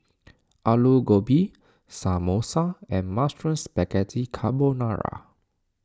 Alu Gobi Samosa and Mushroom Spaghetti Carbonara